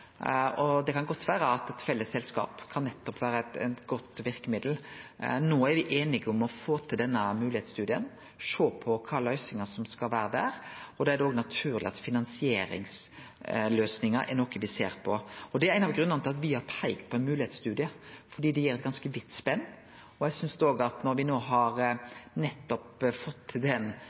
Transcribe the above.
moglegheitsstudien. Det kan godt vere at eit felles selskap kan vere eit godt verkemiddel. No er me einige om å få til denne moglegheitsstudien, sjå på kva for løysingar som skal vere, der, og da er det òg naturleg at finansieringsløysinga er noko me ser på. Det er ein av grunnane til at me har peikt på ein moglegheitsstudie – det gir eit ganske vidt spenn. Eg synest òg at når me no har fått til den